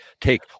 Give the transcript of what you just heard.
take